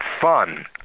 fun